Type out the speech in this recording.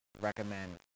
recommend